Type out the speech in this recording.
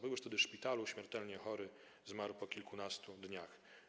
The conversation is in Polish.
Był już wtedy w szpitalu, śmiertelnie chory, zmarł po kilkunastu dniach.